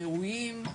ראויים,